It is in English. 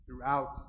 throughout